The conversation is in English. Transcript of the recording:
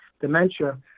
dementia